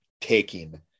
taking